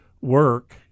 work